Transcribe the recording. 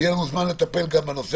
ויהיה לנו זמן לטפל גם בנושא